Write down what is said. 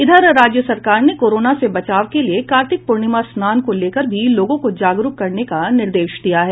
इधर राज्य सरकार ने कोरोना से बचाव के लिए कार्तिक पूर्णिमा स्नान को लेकर भी लोगों को जागरूक करने का निर्देश दिया है